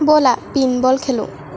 ব'লা pin ball খেলোঁ